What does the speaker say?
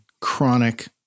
chronic